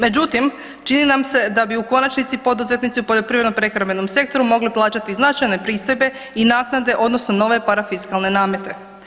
Međutim, čini nam se da bi u konačnici poduzetnici u poljoprivredno prehrambenom sektoru mogli plaćati i značajne pristojbe i naknadne odnosno nove parafiskalne namete.